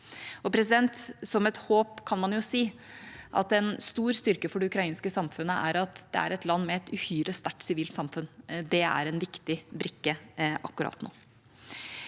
Som et håp kan man jo si at en stor styrke for det ukrainske samfunnet er at det er et land med et uhyre sterkt sivilt samfunn. Det er en viktig brikke akkurat nå.